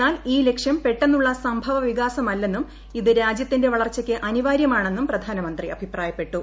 എന്നാൽ ഈ ലക്ഷ്യം പെട്ടെന്നുള്ള സംഭവ വികാസമല്ലെന്നും ഇത് രാജ്യത്തിന്റെ വളർച്ചയ്ക്ക് അനിവാര്യമാണെന്നും പ്രധാനമന്ത്രി അഭിപ്രായപ്പെട്ടു